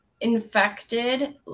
infected